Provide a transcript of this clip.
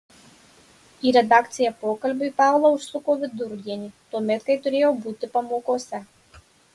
į redakciją pokalbiui paula užsuko vidurdienį tuomet kai turėjo būti pamokose